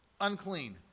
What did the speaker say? Unclean